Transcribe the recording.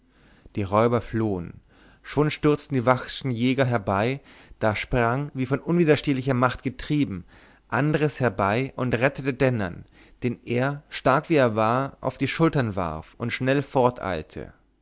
die räuber flohen schon stürzten die vachschen jäger herbei da sprang wie von unwiderstehlicher macht getrieben andres herbei und rettete dennern den er stark wie er war auf die schultern warf und schnell